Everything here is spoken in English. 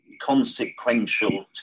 consequential